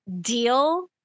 deal